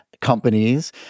companies